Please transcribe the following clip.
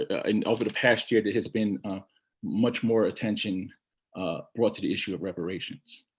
and over the past year, there has been much more attention brought to the issue of reparations.